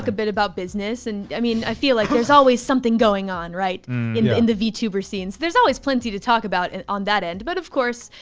ah bit about business and i mean, i feel like there's always something going on you know in the vtuber scenes. there's always plenty to talk about and on that end, but of course,